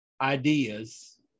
ideas